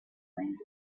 language